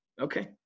okay